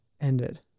ended